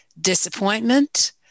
disappointment